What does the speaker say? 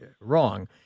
wrong